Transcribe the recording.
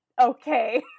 okay